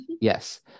Yes